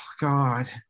god